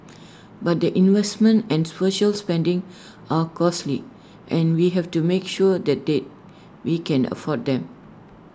but the investments and social spending are costly and we have to make sure that they we can afford them